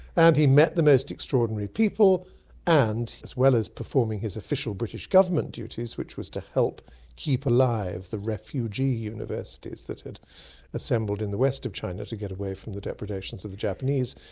and he met the most extraordinary people and as well as performing his official british government duties, which was to help keep alive the refugee universities that had assembled in the west of china to get away from the depredations of the japanese,